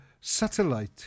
Satellite